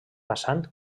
passant